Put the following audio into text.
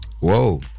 Whoa